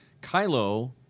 Kylo